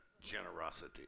Generosity